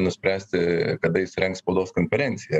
nuspręsti kada jis rengs spaudos konferenciją